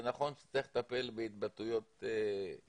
זה נכון שצריך לטפל בהתבטאויות גזעניות,